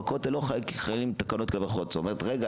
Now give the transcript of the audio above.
בכותל לא חלים תקנות --- אז הוא אומר: רגע,